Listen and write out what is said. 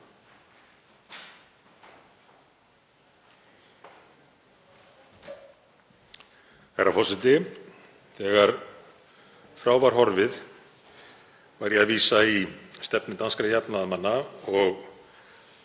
Þegar frá var horfið var ég að vísa í stefnu danskra jafnaðarmanna og